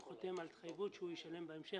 הוא חותם על התחייבות שהוא ישלם בהמשך,